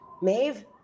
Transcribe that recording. Maeve